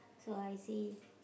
so I see